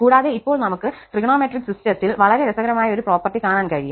കൂടാതെ ഇപ്പോൾ നമുക് ട്രിഗണോമെട്രിക് സിസ്റ്റത്തിൽ വളരെ രസകരമായ ഒരു പ്രോപ്പർട്ടി കാണാൻ കഴിയും